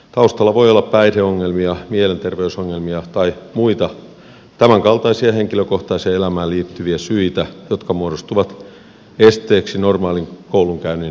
taustalla voi olla päihdeongelmia mielenterveysongelmia tai muita tämänkaltaisia henkilökohtaiseen elämään liittyviä syitä jotka muodostuvat esteeksi normaalin koulunkäynnin onnistumiselle